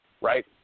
right